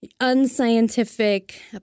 unscientific